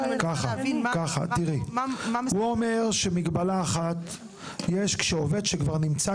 הוא אומר שמגבלה אחת היא שכשעובד שכבר נמצא